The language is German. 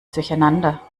durcheinander